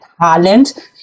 talent